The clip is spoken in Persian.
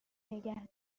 نگه